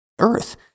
Earth